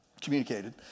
communicated